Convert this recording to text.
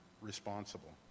responsible